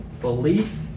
belief